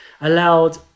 allowed